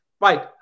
Right